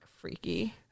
freaky